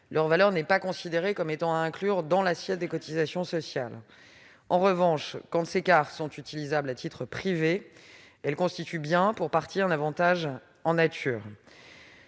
leur valeur n'est pas considérée comme étant à inclure dans l'assiette des cotisations sociales. En revanche, quand ces cartes sont utilisables à titre privé, elles constituent bien pour partie un avantage en nature.